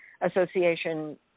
Association